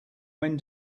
when